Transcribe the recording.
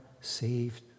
saved